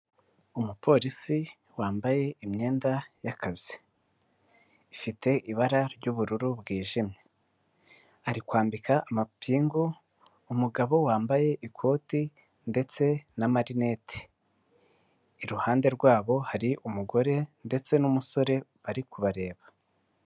Umu polisi wambaye imyenda y'akazi, ifite ibara ry'ubururu bwijimye ari kwambika amapingu umugabo wambaye ikoti ndetse na marinete, iruhande rwabo hari umugore ndetse n'umusore bari kubareba.